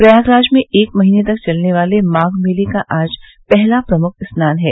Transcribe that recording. प्रयागराज में एक महीने तक चलने वाले माघ मेले का आज पहला प्रमुख स्नान है